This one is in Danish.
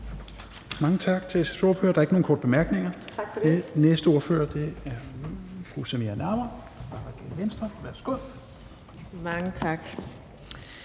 Mange tak til SF's ordfører. Der er ikke nogen korte bemærkninger. Den næste ordfører er fru Zenia Stampe fra Radikale